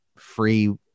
free